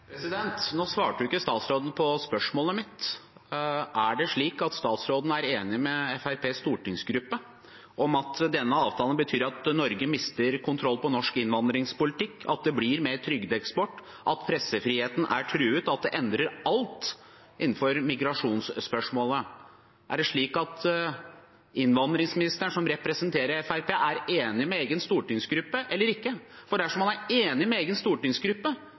svarte ikke på spørsmålet mitt. Er det slik at statsråden er enig med Fremskrittspartiets stortingsgruppe i at denne avtalen betyr at Norge mister kontroll over norsk innvandringspolitikk, at det blir mer trygdeeksport, at pressefriheten er truet, og at det endrer alt innenfor migrasjonsspørsmålet? Er det slik at innvandringsministeren, som representerer Fremskrittspartiet, er enig med egen stortingsgruppe – eller ikke? Dersom han er enig med egen stortingsgruppe,